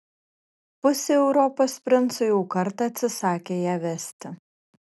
pusė europos princų jau kartą atsisakė ją vesti